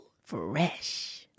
Fresh